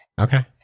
Okay